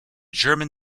german